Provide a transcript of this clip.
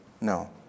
No